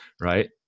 Right